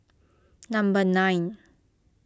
number nine